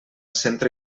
centre